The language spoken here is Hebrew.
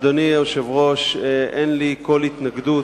אדוני היושב-ראש, אין לי כל התנגדות.